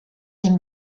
dem